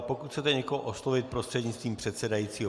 Pokud chcete někoho oslovit, prostřednictvím předsedajícího.